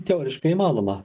teoriškai įmanoma